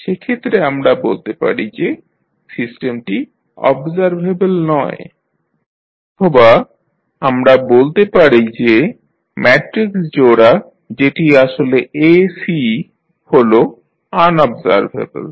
সেক্ষেত্রে আমরা বলতে পারি যে সিস্টেমটি অবজারভেবল নয় অথবা আমরা বলতে পারি যে ম্যাট্রিক্স জোড়া যেটি আসলে AC হল আনঅবজারভেবল